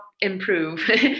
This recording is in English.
improve